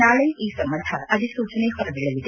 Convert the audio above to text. ನಾಳೆ ಈ ಸಂಬಂಧ ಅಧಿಸೂಚನೆ ಹೊರಬೀಳಲಿದೆ